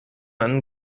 einen